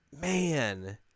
man